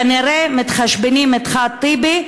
כנראה מתחשבנים אתך, טיבי,